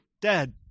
dead